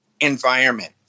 environment